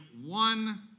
one